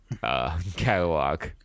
catalog